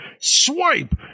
swipe